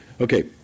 Okay